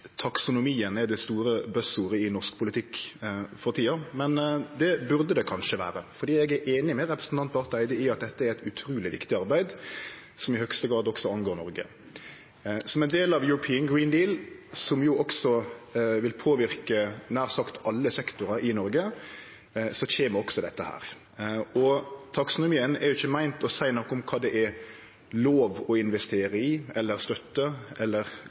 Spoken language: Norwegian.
er det store «buzzordet» i norsk politikk for tida, men det burde det kanskje vere, for eg er einig med representanten Barth Eide i at dette er eit utruleg viktig arbeid som i høgste grad også angår Noreg. Som ein del av European Green Deal, som jo vil påverke nær sagt alle sektorar i Noreg, kjem også dette her. Taksonomien er ikkje meint å seie noko om kva det er lov å investere i eller støtte eller